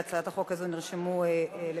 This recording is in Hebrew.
להצעת החוק הזאת נרשמו לבקשות,